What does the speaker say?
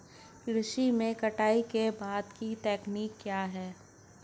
कृषि में कटाई के बाद की तकनीक क्या है?